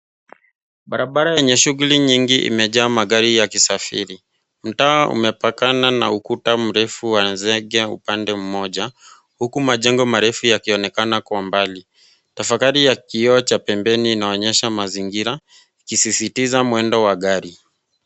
Barabara yenye shughuli nyingi imejaa magari yakisafiri. Mtaa umepakana na ukuta mrefu wa zege upande mmoja, huku majengo marefu yakionekana kwa mbali. Tafakari ya kioo cha pembeni inaonyesha mazingira, ikisisitiza mwendo wa gari.